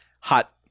Hot